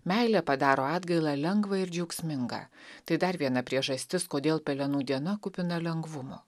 meilė padaro atgailą lengvą ir džiaugsmingą tai dar viena priežastis kodėl pelenų diena kupina lengvumo